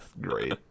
great